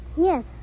Yes